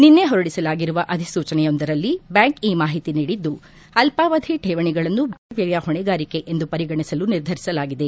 ನಿನ್ನೆ ಹೊರಡಿಸಲಾಗಿರುವ ಅಧಿಸೂಚನೆಯೊಂದರಲ್ಲಿ ಬ್ಯಾಂಕ್ ಈ ಮಾಹಿತಿ ನೀಡಿದ್ದು ಅಲ್ಲಾವಧಿ ಠೇವಣಿಗಳನ್ನು ಬ್ಯಾಂಕಿನ ಆಯವ್ಯಯ ಹೊಣೆಗಾರಿಕೆ ಎಂದು ಪರಿಗಣಿಸಲು ನಿರ್ಧರಿಸಲಾಗಿದೆ